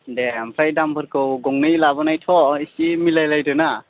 दे आमफ्राय दामफोरखौ गंनै लाबोनायथ' एसे मिलायलायदोना